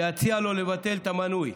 ויציע לו לבטל את המנוי".